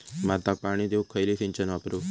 भाताक पाणी देऊक खयली सिंचन वापरू?